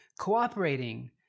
cooperating